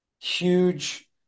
huge